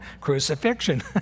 Crucifixion